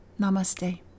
Namaste